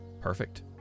Perfect